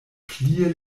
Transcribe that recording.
plie